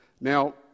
Now